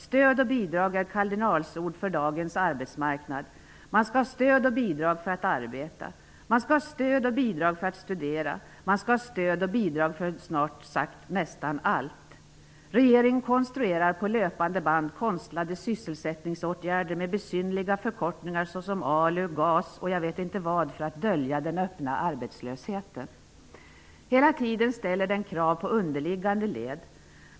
Stöd och bidrag är kardinalord för dagens arbetsmarknad. Man skall ha stöd och bidrag för att arbeta. Man skall ha stöd och bidrag för att studera, och man skall ha stöd och bidrag för snart sagt nästan allt. Regeringen konstruerar på löpande band konstlade sysselsättningsåtgärder med besynnerliga förkortningar som ALU, GAS och jag vet inte vad, för att dölja den öppna arbetslösheten. Hela tiden ställer regeringen krav på underliggande led.